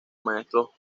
maestro